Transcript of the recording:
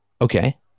Okay